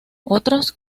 otros